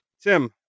tim